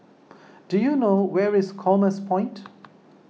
do you know where is Commerce Point